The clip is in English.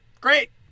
Great